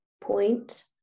point